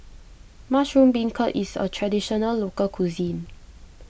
Mushroom Beancurd is a Traditional Local Cuisine